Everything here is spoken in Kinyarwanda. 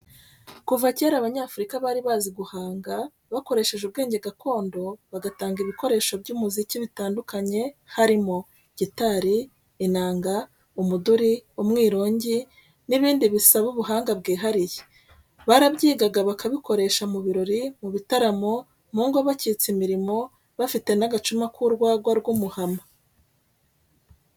Kuva kera Abanyafurika bari bazi guhanga, bakoresha ubwenge gakondo, bagatanga ibikoresho by'umuziki bitandukanye harimo: gitari, inanga, umuduri, umwirongi n'ibindi bisaba ubuhanga bwihariye. Barabyigaga bakabikoresha mu birori, mu bitaramo, mu ngo bakitse imirimo, bafite n'agacuma k'urwagwa rw'umuhama.